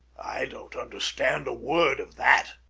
i don't understand a word of that.